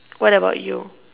what about you